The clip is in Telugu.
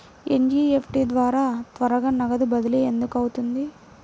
ఎన్.ఈ.ఎఫ్.టీ ద్వారా త్వరగా నగదు బదిలీ ఎందుకు అవుతుంది?